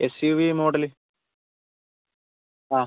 S U V model ആ